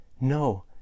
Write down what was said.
No